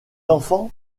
enfants